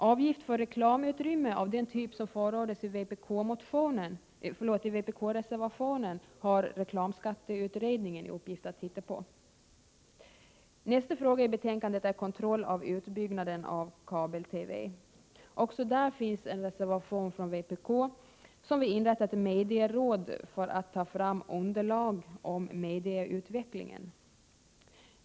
Avgift för reklamutrymme av den typ som förordas i vpk-reservationen har reklamskatteutredningen i uppgift att titta på. Nästa fråga i betänkandet är kontroll av utbyggnaden av kabel-TV. Också där finns en reservation från vpk, som vill inrätta ett medieråd för att ta fram underlag om medieutvecklingen.